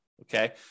Okay